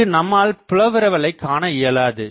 இங்கு நம்மால் புலவிரவலை காண இயலாது